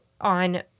on